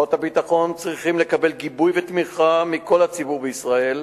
כוחות הביטחון צריכים לקבל גיבוי ותמיכה מכל הציבור בישראל,